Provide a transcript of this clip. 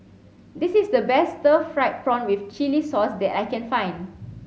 this is the best stir fried prawn with chili sauce that I can find